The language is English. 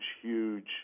huge